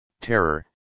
terror